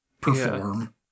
perform